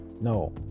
No